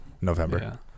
November